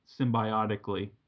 symbiotically